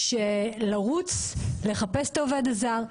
ולרוץ ולחפש את העובד הזר,